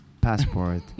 passport